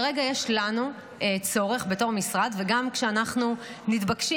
כרגע יש לנו צורך בתור משרד וגם כשאנחנו מתבקשים